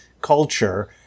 culture